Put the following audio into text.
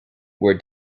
were